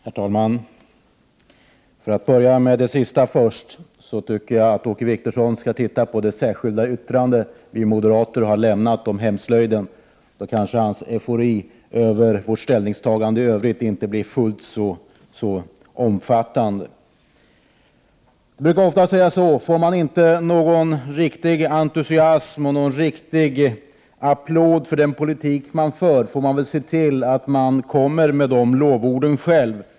Herr talman! För att börja med det sista så tycker jag att Åke Wictorsson skall titta på det särskilda yttrande som moderata samlingspartiet lämnat om hemslöjden. Då kanske hans eufori över vårt ställningstagande i övrigt inte blir fullt så omfattande. Jag brukar ofta säga att får man inte någon riktig entusiasm och applåd för den politik som man för, får man se till att komma med de lovorden själv.